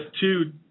two